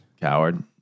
coward